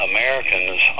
Americans